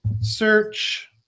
search